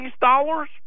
dollars